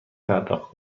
پرداخت